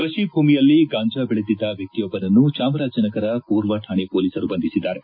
ಕೃಷಿ ಭೂಮಿಯಲ್ಲಿ ಗಾಂಜಾ ಬೆಳೆದಿದ್ದ ವ್ಯಕ್ತಿಯೊಬ್ಬನನ್ನು ಚಾಮರಾಜನಗರ ಪೂರ್ವ ಠಾಣೆ ಪೊಲೀಸರು ಬಂಧಿಸಿದ್ದಾರೆ